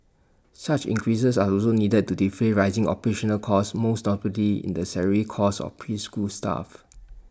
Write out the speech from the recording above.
such increases are also needed to defray rising operational costs most notably in the salary costs of preschool staff